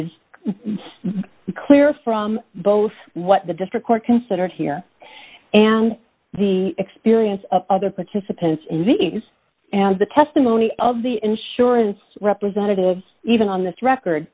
is clear from both what the district court considered here and the experience of other participants in these the testimony of the insurance representatives even on this record